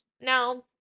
now